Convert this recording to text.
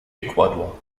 ecuador